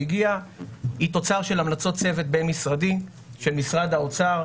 הגיעה היא תוצר של המלצות צוות בין-משרדי של משרד האוצר,